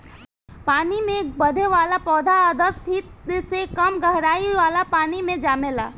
पानी में बढ़े वाला पौधा दस फिट से कम गहराई वाला पानी मे जामेला